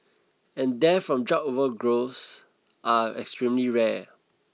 and deaths from drug overdose are extremely rare